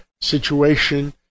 situation